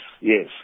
yes